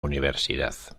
universidad